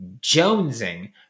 jonesing